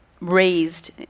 raised